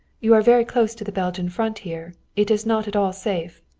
you are very close to the belgian front here. it is not at all safe.